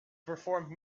perform